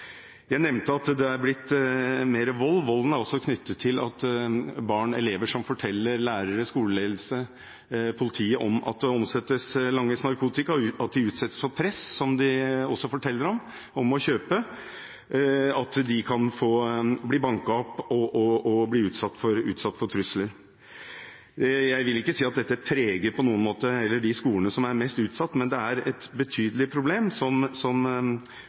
Jeg nevnte at det er blitt mer vold. Volden er også knyttet til at elever som forteller lærere, skoleledelse og politiet om at det omsettes, langes, narkotika, og at de utsettes for press – som de også forteller om – om å kjøpe, at de kan bli banket opp og bli utsatt for trusler. Jeg vil ikke si at dette på noen måte preger skolene som er mest utsatt, men det er et betydelig problem som